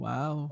Wow